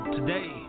today